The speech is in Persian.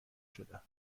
شدن